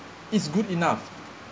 is good enough